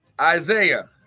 Isaiah